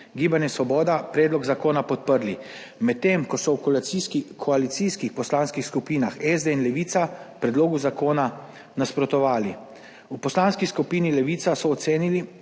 Gibanje svoboda predlog zakona podprli, medtem ko so v koalicijskih poslanskih skupinah SD in Levica predlogu zakona nasprotovali. V Poslanski skupini Levica so ocenili,